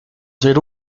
ser